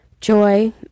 Joy